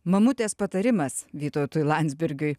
mamutės patarimas vytautui landsbergiui